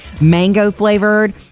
Mango-flavored